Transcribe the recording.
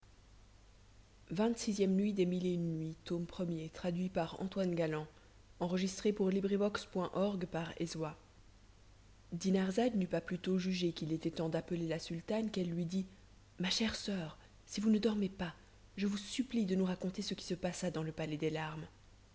nuit dinarzade n'eut pas plus tôt jugé qu'il était temps d'appeler la sultane qu'elle lui dit ma chère soeur si vous ne dormez pas je vous supplie de nous raconter ce qui se passa dans le palais des larmes